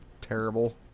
terrible